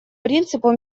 принципу